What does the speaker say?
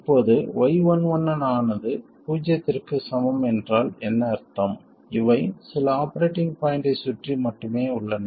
இப்போது y11 ஆனது பூஜ்ஜியத்திற்குச் சமம் என்றால் என்ன அர்த்தம் இவை சில ஆபரேட்டிங் பாய்ண்ட்டைச் சுற்றி மட்டுமே உள்ளன